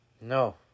No